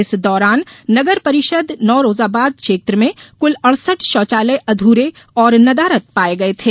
इस दौरान नगर परिषद नौरोजाबाद क्षेत्र में कुल अड़सठ शौचालय अधूरे और नदारद पाये गये थे